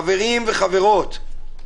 חברים וחברות,